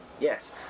yes